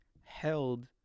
held